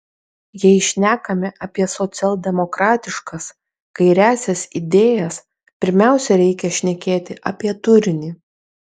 jei šnekame apie socialdemokratiškas kairiąsias idėjas pirmiausia reikia šnekėti apie turinį